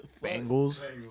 Bengals